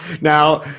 Now